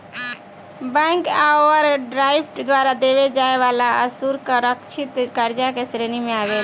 bank overdraft द्वारा देवे जाए वाला असुरकछित कर्जा के श्रेणी मे आवेला